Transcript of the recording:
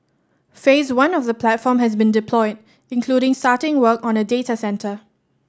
Phase One of the platform has been deployed including starting work on a data centre